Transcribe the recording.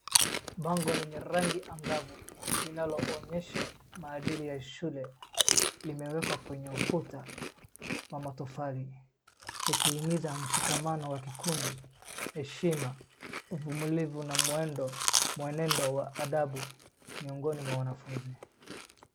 Bango lenye rangi angavu linalonyesha maadili ya shule. Limewekwa kwenye ukuta wa matofali likihimiza mshikamano wa kikundi, heshima, uvumilivu na mwenendo wa adabu miongoni mwa wanfunzi.